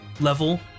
level